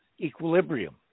equilibrium